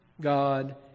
god